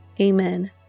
Amen